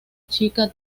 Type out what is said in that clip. chica